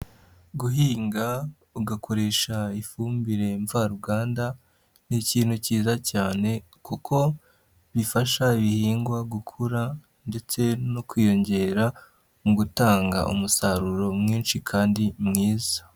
Guhinga ugakoresha ifumbire mvaruganda ni ikintu cyiza cyane kuko bifasha ibihingwa gukura ndetse no kwiyongera mu gutanga umusaruro mwinshi kandi mwiza.